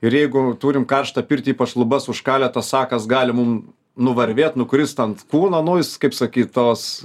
ir jeigu turim karštą pirtį ypač lubas užkalę tas sakas gali mum nuvarvėt nukrist ant kūno nu jis kaip sakyt tos